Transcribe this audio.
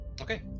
okay